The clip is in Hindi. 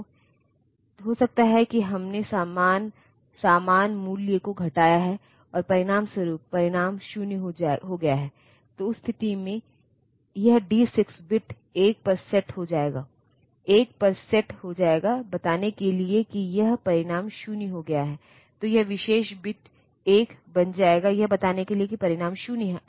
हो सकता है कि हमने सामान मूल्यु को घटाया है और परिणामस्वरूप परिणाम 0 हो गया हो तो उस स्थिति में यह डी 6 बिट 1 पर सेट हो जाएगा एक पर सेट हो जाएगा बताने के लिए कि यह परिणाम 0 हो गया है तो यह विशेष बिट 1 बन जाएगा यह बताएगा कि परिणाम 0 है